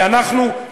ואני,